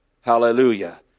hallelujah